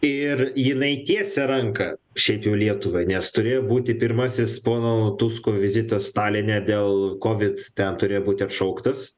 ir jinai tiesia ranką šiaip jau lietuvai nes turėjo būti pirmasis pono tusko vizitas taline dėl covid ten turėjo būti atšauktas